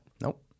Nope